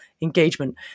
engagement